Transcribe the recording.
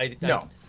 No